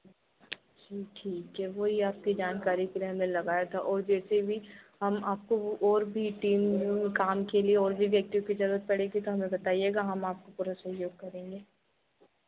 ठीक है वही आपकी जानकारी के लिए हमने लगाया था और वैसे भी आपको और भी टीम काम के लिए और भी व्ययक्तियों की जरूरत पड़ेगी तो हमें बताइएगा हम आपको पूरा सहयोग करेंगे